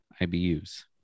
IBUs